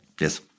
yes